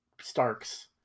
Stark's